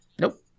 nope